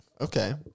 Okay